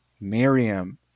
Miriam